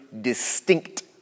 distinct